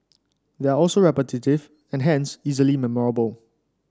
they are also repetitive and hence easily memorable